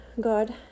God